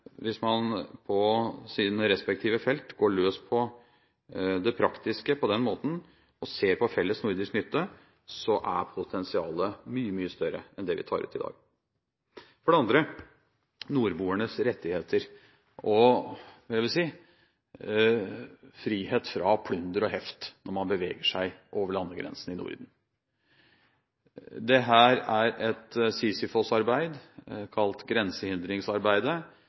hvis man på sine respektive felt går løs på det praktiske på den måten og ser på felles nordisk nytte, er potensialet mye, mye større enn det vi tar ut i dag. For det andre: nordboernes rettigheter, dvs. frihet fra plunder og heft når man beveger seg over landegrensene i Norden. Dette er et Sisyfos-arbeid kalt grensehindringsarbeidet.